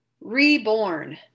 Reborn